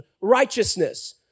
righteousness